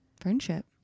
friendship